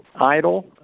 idle